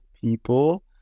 people